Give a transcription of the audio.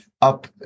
up